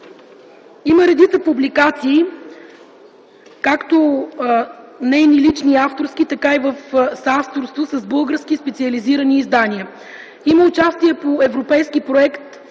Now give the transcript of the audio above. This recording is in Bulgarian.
Има редица публикации, както нейни лични, авторски, така и в съавторство с български специализирани издания. Има участие по европейски проект